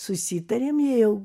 susitarėm jie jau